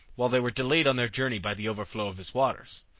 while they were delayed on their journey by the overflow of his waters.